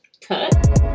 Cut